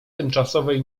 tymczasowej